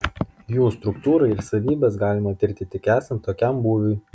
jų struktūrą ir savybes galima tirti tik esant tokiam būviui